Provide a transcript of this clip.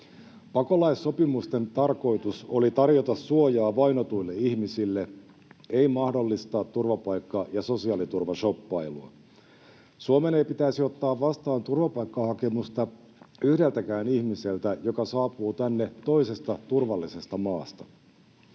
Pakolaissopimusten tarkoitus oli tarjota suojaa vainotuille ihmisille, ei mahdollistaa turvapaikka- ja sosiaaliturvashoppailua. Suomen ei pitäisi ottaa vastaan turvapaikkahakemusta yhdeltäkään ihmiseltä, joka saapuu tänne toisesta turvallisesta maasta.